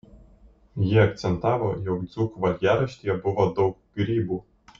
ji akcentavo jog dzūkų valgiaraštyje buvo daug grybų